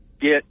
get